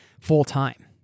full-time